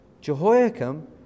Jehoiakim